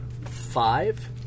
five